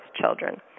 children